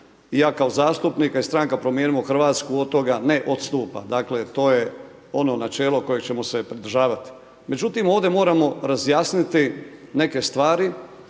i ja kao zastupnik, a i stranka Promijenimo Hrvatsku od toga ne odstupa. Dakle to je ono načelo kojeg ćemo se pridržavati. Međutim ovdje moramo razjasniti neke stvari